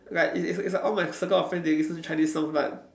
like it's it's all my circle of friend they listen to Chinese songs but